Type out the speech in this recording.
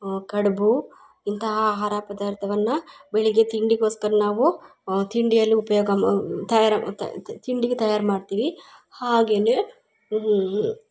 ಕಡುಬು ಇಂತಹ ಆಹಾರ ಪದಾರ್ಥವನ್ನ ಬೆಳಗ್ಗೆ ತಿಂಡಿಗೋಸ್ಕರ ನಾವು ತಿಂಡಿಯಲ್ಲಿ ಉಪಯೋಗ ಮಾ ತಯಾರು ತಿಂಡಿಗೆ ತಯಾರು ಮಾಡ್ತೀವಿ ಹಾಗೇ